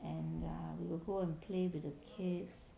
and err we will go and play with the kids